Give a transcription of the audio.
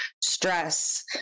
stress